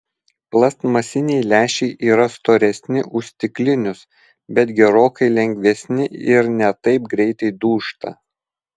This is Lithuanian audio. plastmasiniai lęšiai yra storesni už stiklinius bet gerokai lengvesni ir ne taip greitai dūžta